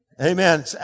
amen